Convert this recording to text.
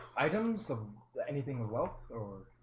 i? don't some anything wealth or